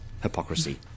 hypocrisy